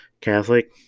Catholic